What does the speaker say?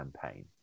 campaign